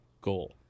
goal